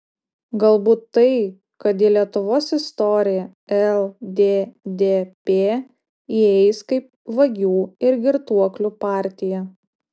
galbūt tai kad į lietuvos istoriją lddp įeis kaip vagių ir girtuoklių partija